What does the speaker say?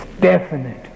definite